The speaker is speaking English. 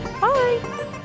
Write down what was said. Bye